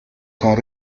con